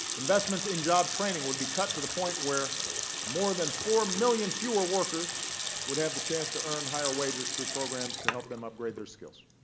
investments in job training would be cut to the point where more than four million fewer workers would have the chance to earn higher wages through programs to help them upgrade their skills.